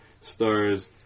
stars